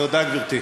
תודה, גברתי.